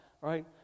right